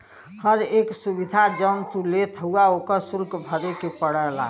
हर एक सुविधा जौन तू लेत हउवा ओकर एक सुल्क भरे के पड़ला